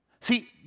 See